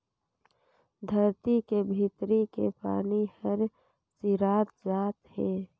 धरती के भीतरी के पानी हर सिरात जात हे